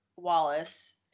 Wallace